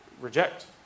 reject